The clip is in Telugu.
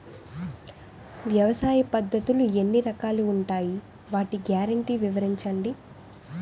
వ్యవసాయ పద్ధతులు ఎన్ని రకాలు ఉంటాయి? వాటి గ్యారంటీ వివరించండి?